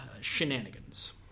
shenanigans